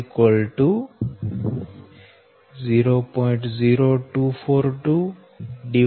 0242log Deq Ds0